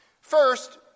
First